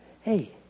Hey